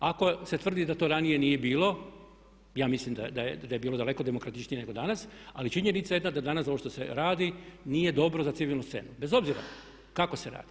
Ako se tvrdi da to ranije nije bilo, ja mislim da je bilo daleko demokratičnije nego danas, ali činjenica je da danas ovo što se radi nije dobro za civilnu scenu bez obzira kako se radi.